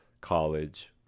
college